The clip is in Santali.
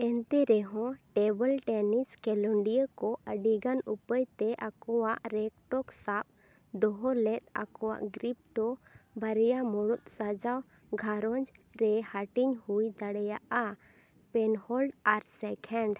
ᱮᱱᱛᱮ ᱨᱮᱦᱚᱸ ᱴᱮᱹᱵᱤᱞ ᱴᱮᱹᱱᱤᱥ ᱠᱷᱮᱞᱚᱰᱤᱭᱟᱹᱠᱚ ᱟᱹᱰᱤᱜᱟᱱ ᱩᱯᱟᱹᱭᱛᱮ ᱟᱠᱚᱣᱟᱜ ᱨᱮᱠᱴᱚᱜ ᱥᱟᱵ ᱫᱚᱦᱚᱞᱮᱫ ᱟᱠᱚᱣᱟᱜ ᱜᱨᱤᱯᱫᱚ ᱵᱟᱨᱭᱟ ᱢᱩᱲᱩᱫ ᱥᱟᱡᱟᱣ ᱜᱷᱟᱨᱚᱸᱡᱽᱨᱮ ᱦᱟᱹᱴᱤᱧ ᱦᱩᱭ ᱫᱟᱲᱮᱭᱟᱜᱼᱟ ᱯᱮᱱᱦᱳᱞᱰ ᱟᱨ ᱥᱮᱠᱷᱦᱮᱱᱰ